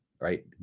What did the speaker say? right